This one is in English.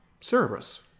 Cerebrus